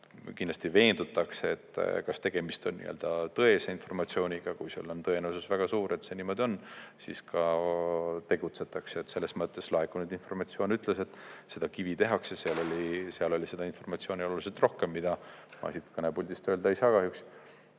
Kindlasti veendutakse, kas tegemist on tõese informatsiooniga. Kui on tõenäosus väga suur, et see niimoodi on, siis ka tegutsetakse. Laekunud informatsioon ütles, et seda kivi tehakse. Selle kivi kohta oli seda informatsiooni oluliselt rohkem, mida ma siit kõnepuldist kahjuks